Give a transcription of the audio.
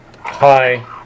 hi